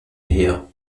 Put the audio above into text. her